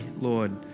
Lord